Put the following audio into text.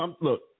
look